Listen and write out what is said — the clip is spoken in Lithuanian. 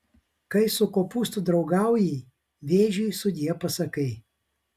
kai su kopūstu draugauji vėžiui sudie pasakai